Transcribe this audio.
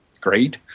great